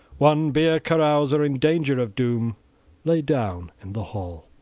one beer-carouser in danger of doom lay down in the hall.